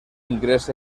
ingrés